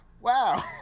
wow